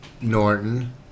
Norton